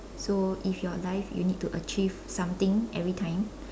so if your life you need to achieve something every time